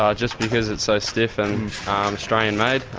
um just because it's so stiff, and australian-made.